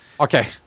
Okay